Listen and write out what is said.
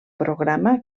programa